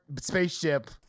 spaceship